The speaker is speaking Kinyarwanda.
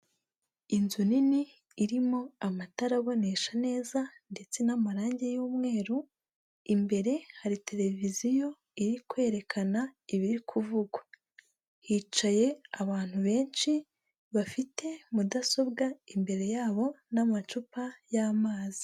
Inzu nini irimo amatara abonesha neza ndetse n'amarangi y'umweru, imbere hari televiziyo iri kwerekana ibiri kuvugwa, hicaye abantu benshi bafite mudasobwa imbere yabo n'amacupa y'amazi.